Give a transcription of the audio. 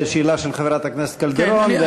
לשאלה של חברת הכנסת קלדרון,